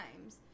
times